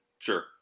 Sure